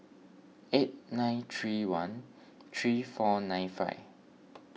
eight nine three one three four nine five